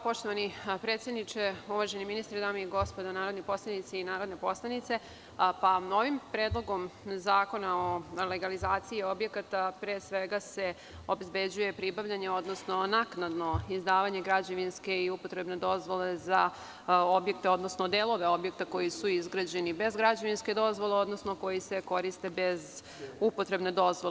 Poštovani predsedniče, uvaženi ministre, dame i gospodo narodni poslanici i narodne poslanice, ovim predlogom zakona o legalizaciji objekata se obezbeđuje pribavljanje, odnosno naknadno izdavanje građevinske i upotrebne dozvole za objekte, odnosno delove objekta koji su izgrađeni bez građevinske dozvole, odnosno koji se koriste bez upotrebne dozvole.